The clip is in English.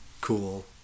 cool